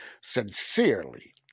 sincerely